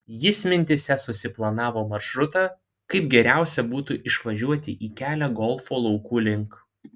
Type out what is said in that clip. jis mintyse susiplanavo maršrutą kaip geriausia būtų išvažiuoti į kelią golfo laukų link